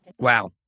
Wow